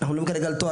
אם אין לו תמיכה,